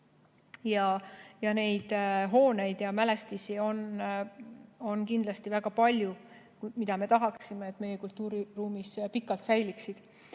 Neid hooneid ja mälestisi on kindlasti väga palju, mida me tahaksime, et meie kultuuriruumis pikalt säiliksid.